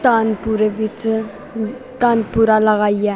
तानपुरे बिच्च तानपुरा लगाइयै